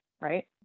right